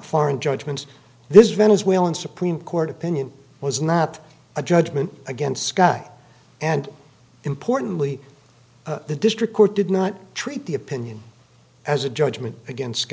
foreign judgments this venezuelan supreme court opinion was not a judgment against sky and importantly the district court did not treat the opinion as a judgment against